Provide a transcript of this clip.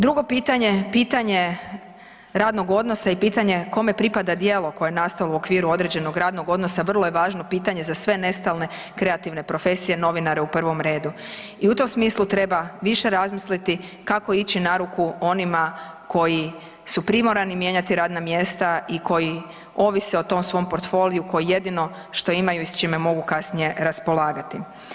Drugo pitanje, pitanje radnog odnosa i pitanje kome pripada djelo koje je nastalo u okviru određenog radnog odnosa, vrlo je važno pitanje za sve nestalne kreativne profesije, novinare u prvom redu i u tom smislu treba više razmisliti kako ići na ruku onima koji su primorani mijenjati radna mjesta i koji ovise o tom svom portoliu koji jedino što imaju i s čime mogu kasnije raspolagati.